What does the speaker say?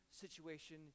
situation